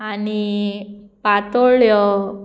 आनी पातोळ्यो